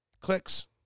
Clicks